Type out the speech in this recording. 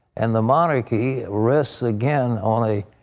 and the monarchy rests, again, on a